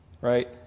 right